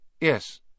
Yes